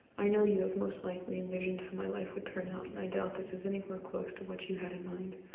i know you have most likely envisioned how my life would turn out and i doubt this is anywhere near close to what you had in mind.